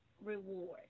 reward